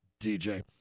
DJ